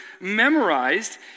memorized